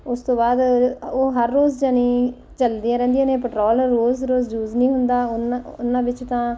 ਉਸ ਤੋਂ ਬਾਅਦ ਉਹ ਹਰ ਰੋਜ਼ ਯਾਨੀ ਚਲਦੀਆਂ ਰਹਿੰਦੀਆਂ ਨੇ ਪੈਟਰੋਲ ਰੋਜ਼ ਰੋਜ਼ ਯੂਸ ਨਹੀਂ ਹੁੰਦਾ ਉਹਨਾਂ ਉਹਨਾਂ ਵਿੱਚ ਤਾਂ